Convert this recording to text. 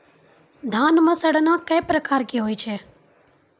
धान म सड़ना कै प्रकार के होय छै?